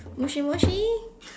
moshi moshi